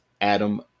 Adam